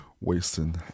wasting